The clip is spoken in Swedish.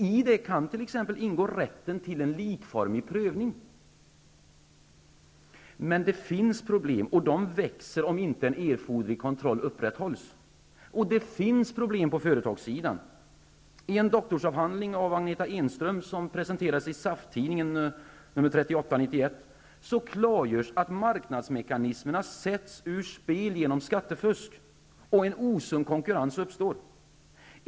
I den kan t.ex. ingå rätten till en likformig prövning. Men det finns problem, och de växer om inte en erforderlig kontroll upprätthålls. Det finns problem på företagssidan. I en doktorsavhandling av Agneta Enström, som presenterades i SAF-tidningen nr 38/91, klargörs att marknadsmekanismerna sätts ur spel genom skattefusk, och en osund konkurrens uppstår.